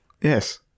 Yes